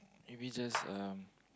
maybe just um